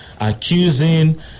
accusing